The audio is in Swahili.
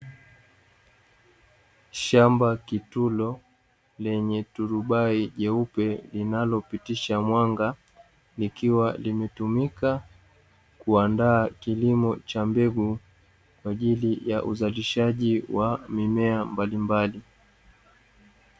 Shamba kitulo lenye turubai jeupe linalopitisha mwanga, likiwa limetumika kuandaa kilimo cha mbegu kwa ajili ya uzalishaji wa mimea mbalimbali.